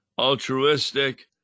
altruistic